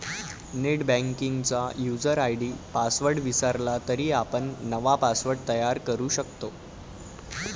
नेटबँकिंगचा user ID password विसरला तरी आपण नवा पासवर्ड तयार करू शकतो